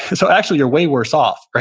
so actually, you're way worse off.